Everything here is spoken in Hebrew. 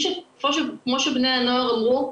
כמו שבני הנוער אמרו,